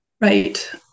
Right